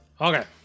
Okay